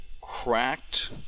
cracked